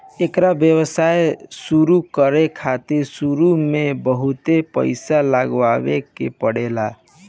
एकर व्यवसाय शुरु करे खातिर शुरू में बहुत पईसा लगावे के पड़ेला